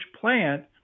plant